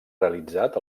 realitzat